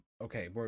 okay